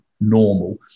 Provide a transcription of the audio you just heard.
normal